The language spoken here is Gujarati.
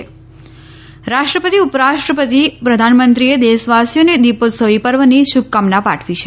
રાષ્ટ્રપતિ ઉપરાષ્ટ્રપતિ પ્રધાનમંત્રીએ દેશવાસીઓને દિપોત્સવી પર્વની શુભકામના પાઠવી છે